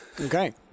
okay